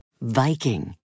Viking